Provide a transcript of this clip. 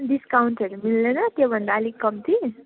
डिस्काउन्टहरू मिल्दैन त्योभन्दा अलिक कम्ती